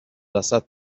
وسط